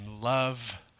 love